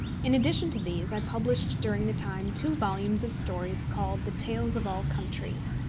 in addition to these i published during the time two volumes of stories called the tales of all countries.